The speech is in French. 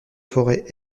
forêt